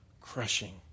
crushing